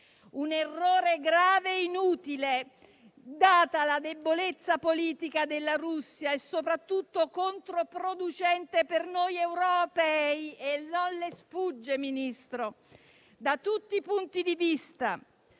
un errore grave e inutile, data la debolezza politica della Russia, e soprattutto controproducente per noi europei - e questo non le sfugge, signor Ministro - da tutti i punti di vista.